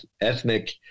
ethnic